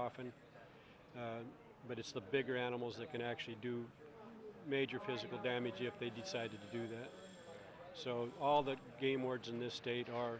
often but it's the bigger animals that can actually do major physical damage if they decide to do that so all the game words in this state are